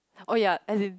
oh ya as in